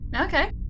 Okay